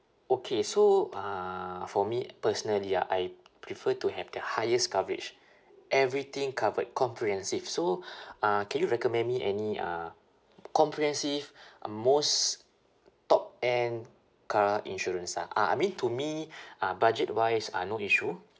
okay so uh for me personally ah I prefer to have the highest coverage everything covered comprehensive so uh can you recommend me any uh comprehensive most top end car insurance ah uh I mean to me uh budget wise uh no issue